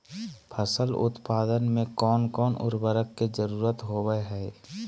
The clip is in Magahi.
फसल उत्पादन में कोन कोन उर्वरक के जरुरत होवय हैय?